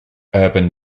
urban